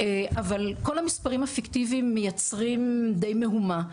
אבל כל המספרים הפיקטיביים מייצרים די מהומה,